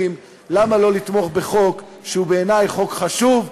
למה לא לתמוך בחוק שבעיני הוא חוק חשוב,